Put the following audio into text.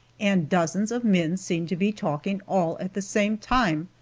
and dozens of men seemed to be talking all at the same time,